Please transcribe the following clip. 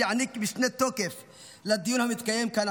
שיעניק משנה תוקף לדיון המתקיים כאן,